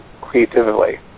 creatively